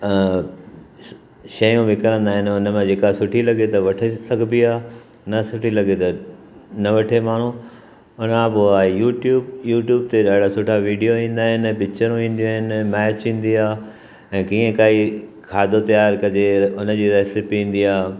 शयूं विकणंदा आहिनि उन में जेका सुठी लॻे तव्हां वठी सघिबी आहे न सुठी लॻे त न वठे माण्हू हुन खां पोइ आहे यूट्यूब यूट्यूब ते ॾाढा सुठा वीडियो ईंदा आहिनि ऐं पिकिचरूं ईंदियूं आहिनि मैच ईंदी आहे ऐं कीअं काई खाधो तयारु कजे हुन जी रेसिपी ईंदी आहे